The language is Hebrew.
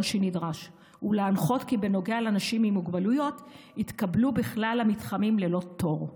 שנדרש ולהנחות כי אנשים עם מוגבלויות יתקבלו בכלל המתחמים ללא תור.